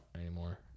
anymore